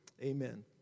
Amen